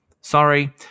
sorry